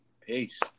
Peace